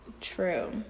True